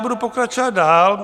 Budu pokračovat dál.